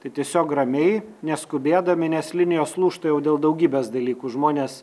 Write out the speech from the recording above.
tai tiesiog ramiai neskubėdami nes linijos lūžta jau dėl daugybės dalykų žmonės